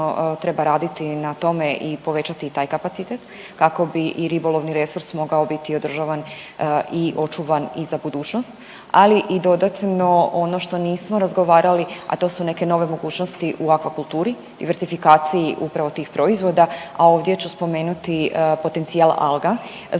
treba raditi na tome i povećati i taj kapacitet kako bi i ribolovni resurs mogao biti održavan i očuvan i za budućnost, ali i dodatno ono što nismo razgovarali, a to su neke nove mogućnosti u akvakulturi, diverzifikaciji upravo tih proizvoda, a ovdje ću spomenuti potencijal alga.